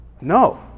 No